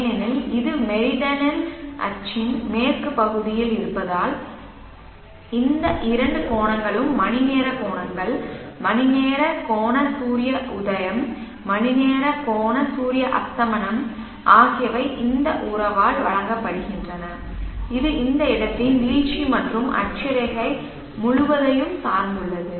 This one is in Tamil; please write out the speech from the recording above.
ஏனெனில் இது மெரிடனல் அச்சின் மேற்குப் பகுதியில் இருப்பதால் இந்த இரண்டு கோணங்களும் மணிநேர கோணங்கள் மணிநேர கோண சூரிய உதயம் மணிநேர கோண சூரிய அஸ்தமனம் ஆகியவை இந்த உறவால் வழங்கப்படுகின்றன இது அந்த இடத்தின் வீழ்ச்சி மற்றும் அட்சரேகை முழுவதையும் சார்ந்துள்ளது